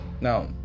now